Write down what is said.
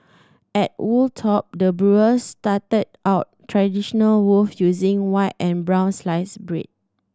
at Wold Top the brewers started out traditional loave using white and brown sliced bread